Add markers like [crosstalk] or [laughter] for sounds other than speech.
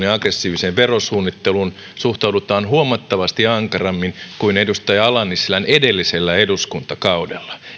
[unintelligible] ja aggressiiviseen verosuunnitteluun suhtaudutaan huomattavasti ankarammin kuin edustaja ala nissilän edellisellä eduskuntakaudella